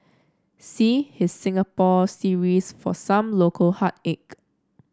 see his Singapore series for some local heartache